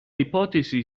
ipotesi